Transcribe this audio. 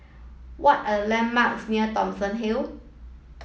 what are the landmarks near Thomson Hill